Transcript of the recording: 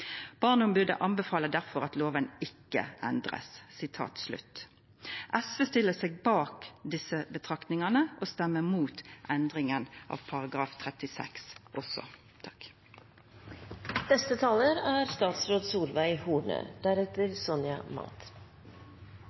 Barneombudet anbefaler derfor at loven ikke endres.» SV stiller seg bak desse betraktningane og stemmer mot endringa av § 36 også.